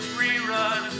rerun